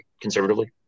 conservatively